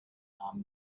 arm